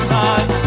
time